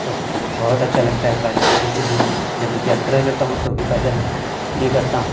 तो बहुत अच्छा लगता है पैदल इसलिए जब यात्रा करता हूँ तो भी पैदल ही करता हूँ